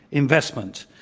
investment,